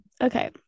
okay